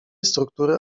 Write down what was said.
struktury